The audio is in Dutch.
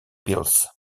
pils